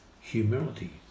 humility